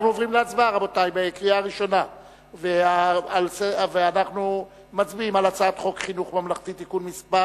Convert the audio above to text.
אנחנו עוברים להצבעה בקריאה ראשונה על הצעת חוק חינוך ממלכתי (תיקון מס'